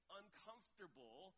uncomfortable